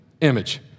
image